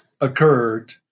occurred